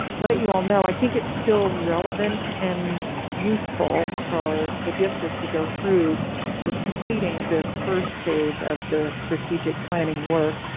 let you all know. i think it's still relevant and useful for the district to go through with completing this first phase of the strategic planning work,